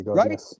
right